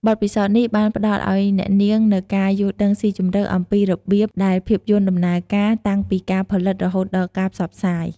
បទពិសោធន៍នេះបានផ្តល់ឱ្យអ្នកនាងនូវការយល់ដឹងស៊ីជម្រៅអំពីរបៀបដែលភាពយន្តដំណើរការ តាំងពីការផលិតរហូតដល់ការផ្សព្វផ្សាយ។